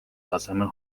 tasemel